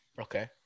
okay